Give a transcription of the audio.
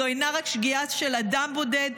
זו אינה רק שגיאה של אדם בודד,